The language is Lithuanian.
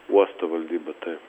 uosto valdybą taip